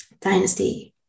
Dynasty